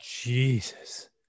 Jesus